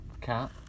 Cat